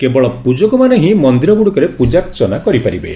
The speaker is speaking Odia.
କେବଳ ପୂଜକମାନେ ହିଁ ମନ୍ଦିରଗୁଡ଼ିକରେ ପୂଜାର୍ଚ୍ଚନା କରିପାରିବେ